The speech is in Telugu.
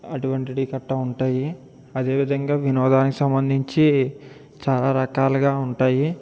అటువంటిది గట్టా ఉంటాయి అదేవిధంగా వినోదానికి సంబంధించి చాలా రకాలుగా ఉంటాయి